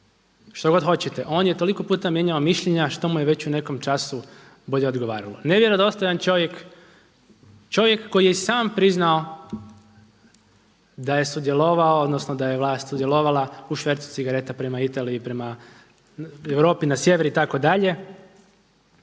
Što god hoćete. On je toliko puta mijenjao mišljenja što mu je već u nekom času bolje odgovaralo. Nevjerodostojan čovjek, čovjek koji je i sam priznao da je sudjelovao, odnosno da mu je vlast sudjelovala u švercu cigareta prema Italiji i prema Europi na sjever itd..